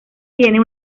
tiene